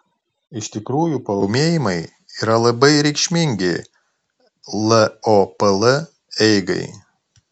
iš tikrųjų paūmėjimai yra labai reikšmingi lopl eigai